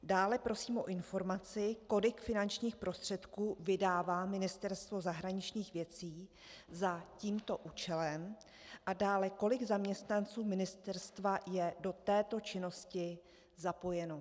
Dále prosím o informaci, kolik finančních prostředků vydává Ministerstvo zahraničních věcí za tímto účelem, a dále, kolik zaměstnanců ministerstva je do této činnosti zapojeno.